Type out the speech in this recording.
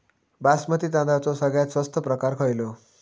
बासमती तांदळाचो सगळ्यात स्वस्त प्रकार खयलो?